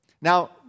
Now